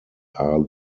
are